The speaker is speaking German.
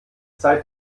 zeit